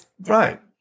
Right